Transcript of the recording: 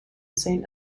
saint